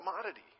commodity